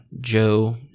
Joe